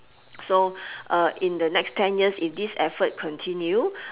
so in the next ten years if this effort continue